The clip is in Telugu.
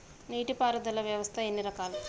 నీటి పారుదల వ్యవస్థ ఎన్ని రకాలు?